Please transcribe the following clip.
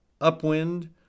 upwind